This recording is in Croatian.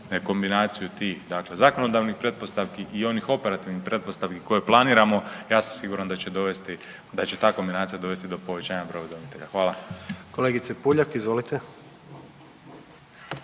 kombinaciju tih dakle zakonodavnih pretpostavki i onih operativnih pretpostavki koje planiramo. Ja sam siguran da će dovesti, da će ta kombinacija dovesti do povećanja broja udomitelja. Hvala. **Jandroković,